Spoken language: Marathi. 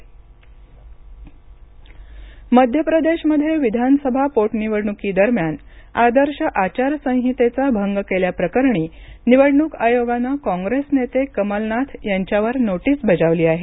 कमलनाथ नोटीस मध्य प्रदेशमध्ये विधानसभा पोटनिवडणुकीदरम्यान आदर्श आचारसंहितेचा भंग केल्याप्रकरणी निवडणूक आयोगानं काँग्रेस नेते कमलनाथ यांच्यावर नोटीस बजावली आहे